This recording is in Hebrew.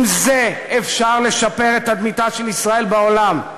עם זה אפשר לשפר את תדמיתה של ישראל בעולם,